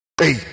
Hey